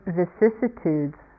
vicissitudes